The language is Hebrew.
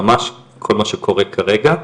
כל מה שקורה כרגע.